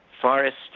forest